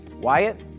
Wyatt